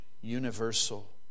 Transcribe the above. universal